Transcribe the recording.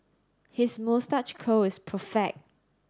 his moustache curl is perfect